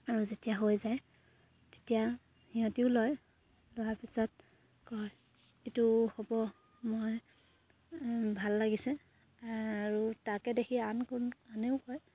আৰু যেতিয়া হৈ যায় তেতিয়া সিহঁতেও লয় লোৱাৰ পিছত কয় এইটো হ'ব মই ভাল লাগিছে আৰু তাকে দেখি আন কোন আনেও কয়